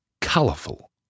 colourful